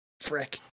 frick